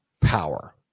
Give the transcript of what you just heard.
power